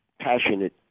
passionate